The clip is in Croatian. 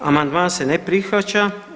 Amandman se ne prihvaća.